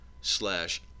slash